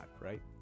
right